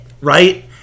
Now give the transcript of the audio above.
right